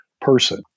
person